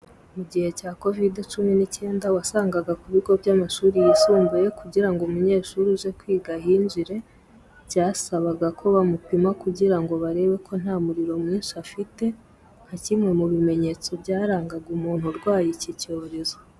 Mu gihe cya Kovide cumi n'icyenda, wasangaga ku bigo by'amashuri yisumbuye kugira ngo umunyeshuri uje kwiga ahinjire, byarasabaga ko bamupima kugira ngo barebe ko nta muriro mwinshi afite nka kimwe mu bimenyetso byarangaga umuntu urwaye iki cyorezo.